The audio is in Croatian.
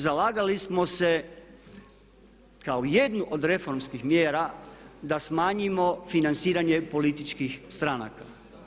Zalagali smo se kao jednu od reformskih mjera da smanjimo financiranje političkih stranaka.